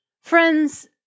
Friends